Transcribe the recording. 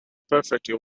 perfectly